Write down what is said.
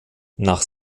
nach